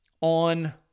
on